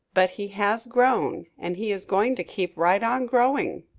but he has grown, and he is going to keep right on growing.